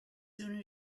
soon